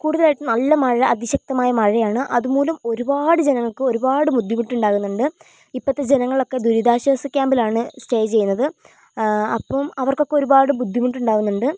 കൂടുതലായിട്ടും നല്ല മഴ അതിശക്തമായ മഴയാണ് അതുമൂലം ഒരുപാട് ജനങ്ങൾക് ഒരുപാട് ബുദ്ധിമുട്ടുണ്ടാവുന്നുണ്ട് ഇപ്പൊത്തെ ജനങ്ങളൊക്കെ ദുരിതശോസ ക്യാമ്പിലാണ് സ്റ്റേയ് ചെയ്യുന്നത് അപ്പോൾ അവർക്കൊക്കെ ഒരുപാട് ബുദ്ധിമുട്ടുണ്ടാവുന്നുണ്ട്